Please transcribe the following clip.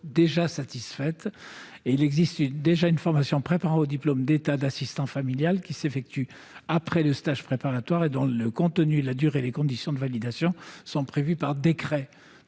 déjà satisfait : il existe déjà une formation préparant au diplôme d'État d'assistant familial, qui s'effectue après le stage préparatoire, et dont le contenu, la durée et les conditions de validation sont prévus par décret.